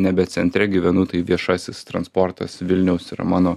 nebe centre gyvenu tai viešasis transportas vilniaus yra mano